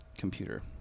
computer